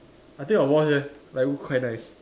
I think I will watch leh like look quite nice